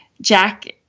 Jack